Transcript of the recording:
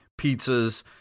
pizzas